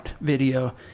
video